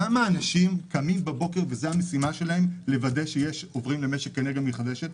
כמה אנשים קמים בבוקר והמשימה שלהם לוודא שעוברים למשק אנרגיה מתחדשת,